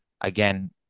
Again